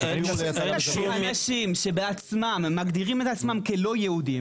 יש אנשים שבעצמם מגדירים את עצמם כלא יהודים.